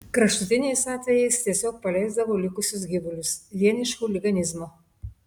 kraštutiniais atvejais tiesiog paleisdavo likusius gyvulius vien iš chuliganizmo